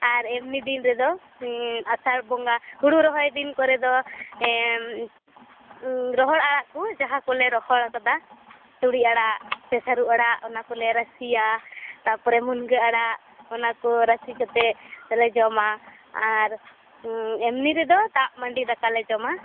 ᱟᱨ ᱮᱢᱱᱤ ᱫᱤᱱ ᱨᱮᱫᱚ ᱟᱥᱟᱲ ᱵᱚᱸᱜᱟ ᱦᱳᱲᱳ ᱨᱚᱦᱚᱭ ᱫᱤᱱ ᱠᱚᱨᱮᱫᱚ ᱨᱚᱦᱚᱲ ᱟᱲᱟᱜ ᱠᱩ ᱡᱟᱦᱟᱸ ᱠᱚᱞᱮ ᱨᱚᱦᱚᱭ ᱟᱠᱟᱫᱟ ᱛᱩᱲᱤ ᱟᱲᱟᱜ ᱥᱮ ᱥᱟᱨᱩ ᱟᱲᱟᱜ ᱚᱱᱟᱠᱚᱞᱮ ᱨᱟᱹᱥᱤᱭᱟ ᱛᱟᱯᱚᱨᱮ ᱢᱩᱱᱜᱟᱹ ᱟᱲᱟᱜ ᱚᱱᱟᱠᱚ ᱨᱟᱹᱥᱤ ᱠᱟᱛᱮ ᱞᱮ ᱡᱚᱢᱟ ᱟᱨ ᱮᱢᱱᱤ ᱨᱮᱫᱚ ᱫᱟᱜ ᱢᱟᱱᱰᱤ ᱫᱟᱠᱟᱞᱮ ᱡᱚᱢᱟ